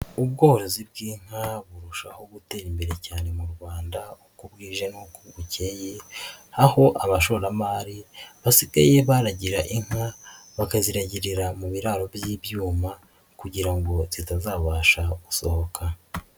Ubworozi bw'inka burushaho gutera imbere cyane mu Rwanda, uko bwije n'uko bukeye, aho abashoramari basigaye baragira inka bakaziragirira mu biraro by'ibyuma kugira ngo ziutazabasha gusohoka.